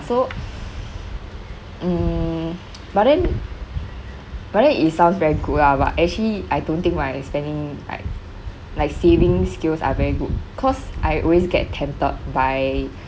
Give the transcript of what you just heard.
so mm but then but then it sounds very good ah but actually I don't think my spending like like saving skills are very good cause I always get tempted by